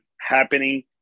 happening